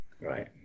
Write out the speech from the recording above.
Right